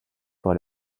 par